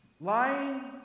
Lying